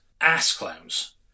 ass-clowns